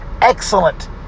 excellent